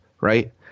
right